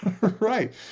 Right